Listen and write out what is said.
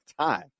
time